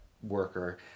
worker